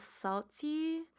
salty